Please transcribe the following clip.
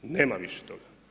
Nema više toga.